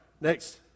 Next